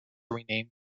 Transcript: renamed